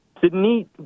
Sydney